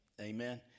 Amen